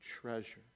treasure